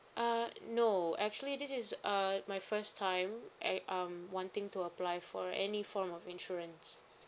uh no actually this is uh my first time I um wanting to apply for any form of insurance